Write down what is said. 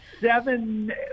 seven